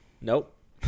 Nope